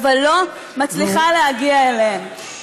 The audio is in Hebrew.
אבל לא מצליחה להגיע אליהם.